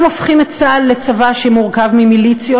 גם הופכים את צה"ל לצבא שמורכב ממיליציות